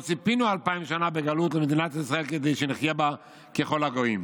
לא ציפינו 2,000 שנה בגלות למדינת ישראל כדי שנחיה בה ככל הגויים.